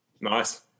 Nice